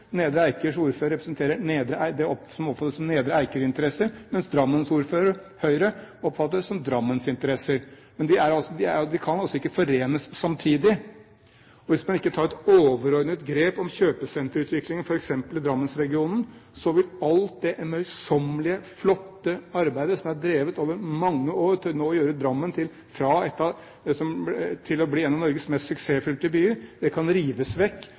Nedre Eikers ordfører representerer det som oppfattes som Nedre Eikers interesser, mens Drammen-ordføreren fra Høyre representerer det som oppfattes som Drammens interesser, men interessene kan ikke forenes samtidig. Hvis man ikke tar et overordnet grep om kjøpesenterutviklingen f.eks. i Drammensregionen, kan alt det møysommelige, flotte arbeidet som er drevet over mange år, som nå har gjort Drammen til en av Norges mest suksessfulle byer, rives vekk